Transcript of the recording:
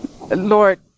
Lord